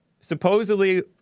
Supposedly